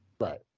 Right